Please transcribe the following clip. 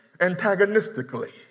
antagonistically